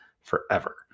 forever